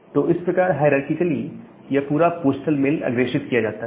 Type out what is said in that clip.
तो इस प्रकार हायरारकीकली यह पूरा पोस्टल मेल अग्रेषित किया जाता है